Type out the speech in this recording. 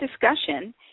discussion